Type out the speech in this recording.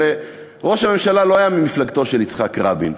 הרי ראש הממשלה לא היה ממפלגתו של יצחק רבין,